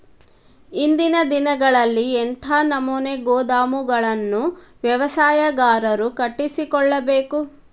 ಇಂದಿನ ದಿನಗಳಲ್ಲಿ ಎಂಥ ನಮೂನೆ ಗೋದಾಮುಗಳನ್ನು ವ್ಯವಸಾಯಗಾರರು ಕಟ್ಟಿಸಿಕೊಳ್ಳಬೇಕು?